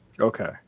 Okay